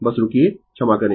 बस रूकिये क्षमा करें